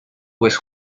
pues